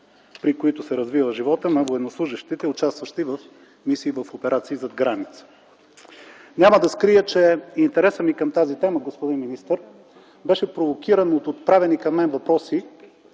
при които се развива животът на военнослужещите, участващи в мисии в операции зад граница. Няма да скрия, че интересът ми към тази тема, господин министър, беше провокиран от отправени към мен въпроси